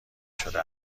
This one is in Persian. شده